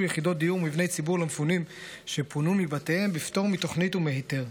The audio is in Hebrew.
יחידות דיור ומבני ציבור למפונים שפונו מבתיהם בפטור מתוכנית ומהיתר,